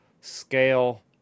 scale